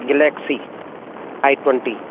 galaxy eye twenty